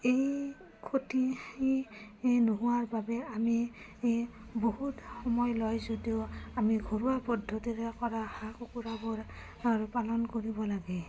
এই ক্ষতি নোহোৱাৰ বাবে আমি বহুত সময় লয় যদিও আমি ঘৰুৱা পদ্ধতিৰে কৰা হাঁহ কুকুৰাবোৰ পালন কৰিব লাগে